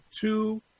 two